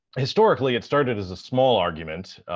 historically it started as a small argument,